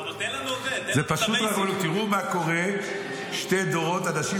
אבל תן לנו עובר, תן לנו את הבייסיק.